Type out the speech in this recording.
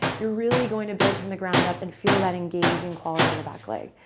you're really going to build from the ground up and feel that engage in quality in the back leg.